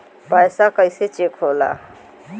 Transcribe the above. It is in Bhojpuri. पैसा कइसे चेक होला?